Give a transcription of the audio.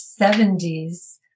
70s